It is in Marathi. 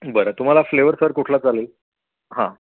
बरं तुम्हाला फ्लेवर सर कुठलं चालेल हां